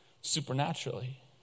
supernaturally